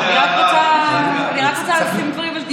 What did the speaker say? אני רק רוצה לשים דברים על דיוקם.